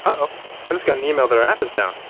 um and just got an email that our app is down.